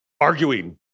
arguing